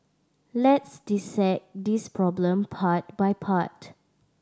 let's dissect this problem part by part